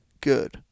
good